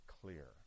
clear